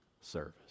service